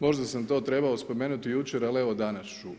Možda sam to trebao spomenuti jučer ali evo danas ću.